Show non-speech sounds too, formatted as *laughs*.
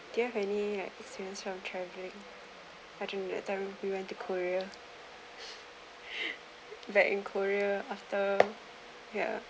do you have any like experience from travelling I dreamed that time we went to korea *laughs* back in korea after ya